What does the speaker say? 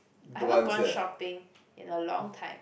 I haven't gone shopping in a long time